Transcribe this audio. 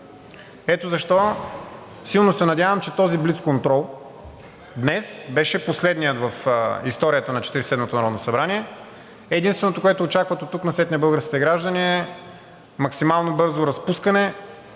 Ето защо силно се надявам, че този блицконтрол днес беше последният в историята на Четиридесет и седмото народно събрание. Единственото, което очакват оттук насетне българските граждани, е максимално бързо разпускане,